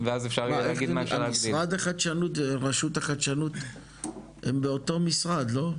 מה המשרד לחדשנות ורשות החדשנות הם באותו משרד לא?